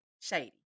shady